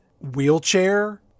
wheelchair